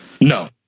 No